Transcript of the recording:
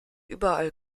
überall